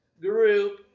group